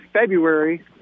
february